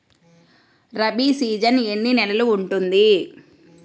Rabi season ఎన్ని నెలలు ఉంటుంది?